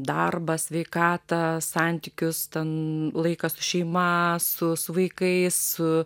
darbą sveikatą santykius ten laiką su šeima su su vaikais